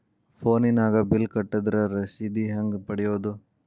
ಫೋನಿನಾಗ ಬಿಲ್ ಕಟ್ಟದ್ರ ರಶೇದಿ ಹೆಂಗ್ ಪಡೆಯೋದು?